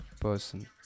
person